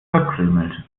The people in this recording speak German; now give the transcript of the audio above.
verkrümelt